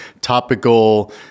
topical